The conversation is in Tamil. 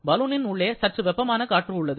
பலூனின் உள்ளே சற்று வெப்பமான காற்று உள்ளது